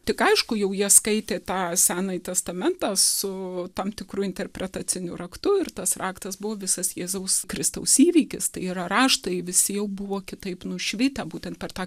tik aišku jau jie skaitė tą senąjį testamentą su tam tikru interpretaciniu raktu ir tas raktas buvo visas jėzaus kristaus įvykis tai yra raštai visi jau buvo kitaip nušvitę būtent per tą